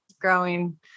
growing